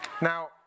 Now